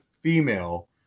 female